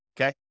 okay